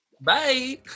Bye